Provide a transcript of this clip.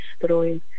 destroy